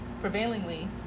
prevailingly